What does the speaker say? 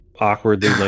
awkwardly